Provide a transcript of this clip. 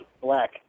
black